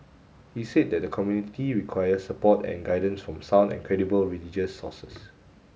he said that the community requires support and guidance from sound and credible religious sources